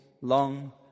long